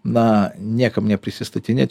na niekam neprisistatinėt